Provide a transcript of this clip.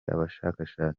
abashakashatsi